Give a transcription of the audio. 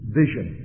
vision